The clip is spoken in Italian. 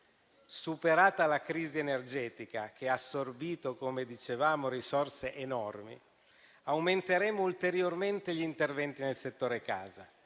Superata la crisi energetica, che ha assorbito, come dicevamo, risorse enormi, aumenteremo ulteriormente gli interventi nel settore casa.